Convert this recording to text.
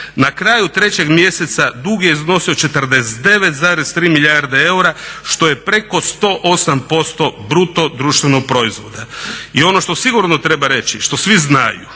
na kraju trećeg mjeseca dug je iznosio 49,3 milijarde eura što je preko 108% BDP-a. I ono što sigurno treba reći što svi znaju,